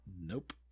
Nope